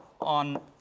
on